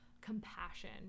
compassion